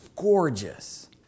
Gorgeous